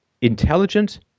intelligent